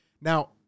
Now